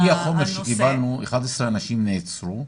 לפי החומר שקיבלנו, 11 אנשים נעצרו.